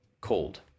cold